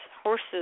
horse's